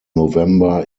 november